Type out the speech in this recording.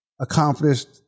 accomplished